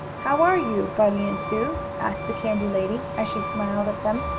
how are you, bunny and sue? asked the candy-lady as she smiled at them.